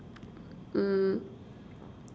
mm